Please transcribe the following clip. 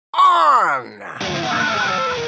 on